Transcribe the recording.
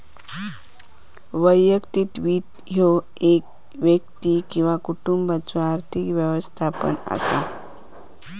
वैयक्तिक वित्त ह्यो एक व्यक्ती किंवा कुटुंबाचो आर्थिक व्यवस्थापन असा